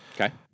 Okay